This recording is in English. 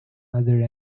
other